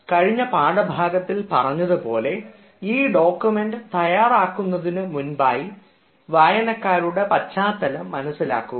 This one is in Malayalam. കഴിഞ്ഞ പാഠഭാഗത്തിൽ പറഞ്ഞതുപോലെ ഈ ഡോകുമെൻറ് തയ്യാറാക്കുന്നതിനു മുമ്പായി വായനക്കാരുടെ പശ്ചാത്തലം മനസ്സിലാക്കുക